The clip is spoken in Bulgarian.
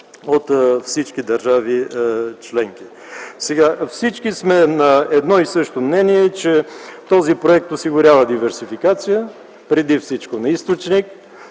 от всички държави членки. Всички сме на едно и също мнение, че този проект осигурява диверсификация преди всичко на източник,